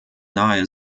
nahe